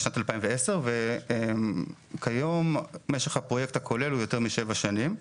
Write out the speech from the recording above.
בשנת 2010. וכיום משך הפרויקט הכולל הוא יותר משבע שנים,